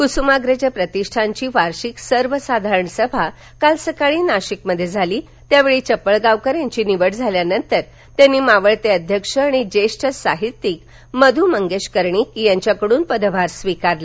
कुसुमाग्रज प्रतिष्ठानची वार्षिक सर्व साधारण सभा काल सकाळी नाशिक मध्ये झाली यावेळी चपळगावकर यांची निवड झाल्यानंतर त्यांनी मावळते अध्यक्ष आणि ज्येष्ठ साहित्यिक मधू मंगेश कर्णीक यांच्या कडून पदभार स्वीकारला